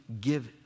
give